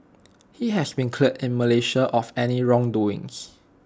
he has been cleared in Malaysia of any wrongdoing